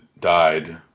died